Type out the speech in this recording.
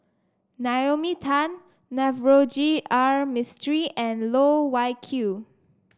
Naomi Tan Navroji R Mistri and Loh Wai Kiew